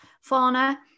fauna